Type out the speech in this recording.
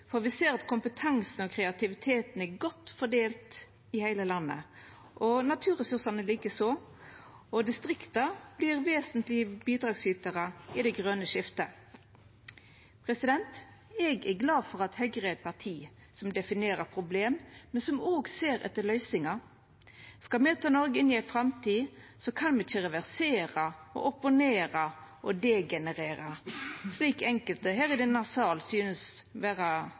for me ser at kompetansen og kreativiteten er godt fordelt i heile landet, og naturressursane like så, og distrikta vert vesentlege bidragsytarar i det grøne skiftet. Eg er glad for at Høgre er eit parti som definerer problem, men som òg ser etter løysingar. Skal me ta Noreg inn i ei framtid, kan me ikkje reversera, opponera og degenerera, slik enkelte her i denne salen synest